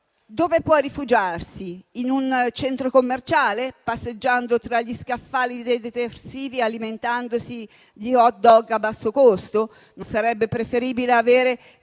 forse in un centro commerciale, passeggiando tra gli scaffali dei detersivi, alimentandosi di *hot dog* a basso costo? Non sarebbe forse preferibile avere